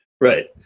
Right